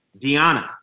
Diana